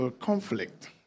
Conflict